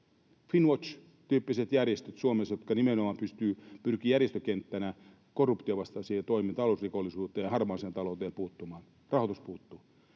Finnwatch-tyyppiset järjestöt Suomessa, jotka nimenomaan pyrkivät järjestökenttänä korruptionvastaisiin toimiin, talousrikollisuuteen ja harmaaseen talouteen puuttumaan: rahoitus puuttuu,